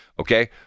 Okay